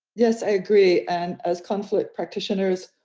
yes, i agree. and as conflict practitioners,